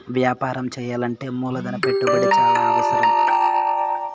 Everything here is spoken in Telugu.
వ్యాపారం చేయాలంటే మూలధన పెట్టుబడి చాలా అవసరం